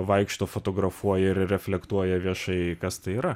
vaikšto fotografuoja ir reflektuoja viešai kas tai yra